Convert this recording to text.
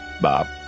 Bob